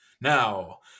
Now